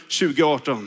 2018